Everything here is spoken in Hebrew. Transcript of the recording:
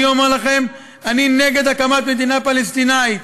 אני אומר לכם, אני נגד הקמת מדינה פלסטינית,